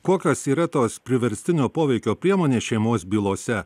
kokios yra tos priverstinio poveikio priemonės šeimos bylose